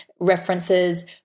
references